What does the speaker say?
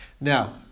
Now